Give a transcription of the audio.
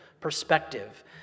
perspective